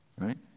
right